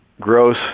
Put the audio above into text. Gross